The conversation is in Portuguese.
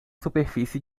superfície